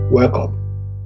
Welcome